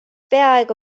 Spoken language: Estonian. peaaegu